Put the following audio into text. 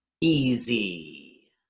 Easy